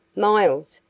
miles,